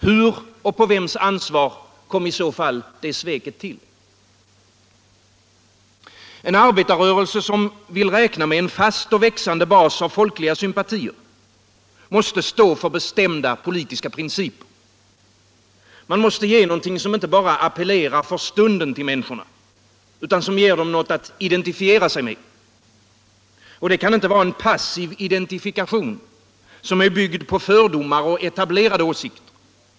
Hur och på vems ansvar kom det sveket i så fall till? En arbetarrörelse som vill räkna med en fast och växande bas av folkliga sympatier måste stå för bestämda politiska principer. Man måste ge något som inte bara appellerar för stunden till människorna utan som ger dem något att identifiera sig med. Och det kan inte vara en passiv identifikation, byggd på fördomar och etablerade åsikter.